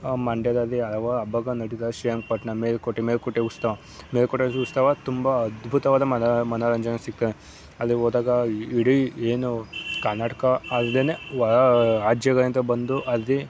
ಮಂಡ್ಯದಲ್ಲಿ ಹಲವಾರು ಹಬ್ಬಗಳು ನಡೀತದೆ ಶ್ರೀರಂಗಪಟ್ಣ ಮೇಲುಕೋಟೆ ಮೇಲುಕೋಟೆ ಉತ್ಸವ ಮೇಲುಕೋಟೆ ಉತ್ಸವ ತುಂಬ ಅದ್ಭುತವಾದ ಮನೋರಂಜನೆ ಸಿಗ್ತದೆ ಅಲ್ಲಿ ಹೋದಾಗಾ ಇಡೀ ಏನು ಕನ್ನಡಕ ಅಲ್ಲದೇ ಹೊರ ರಾಜ್ಯಗಳಿಂದ ಬಂದು ಅಲ್ಲಿ